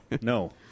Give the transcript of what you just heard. no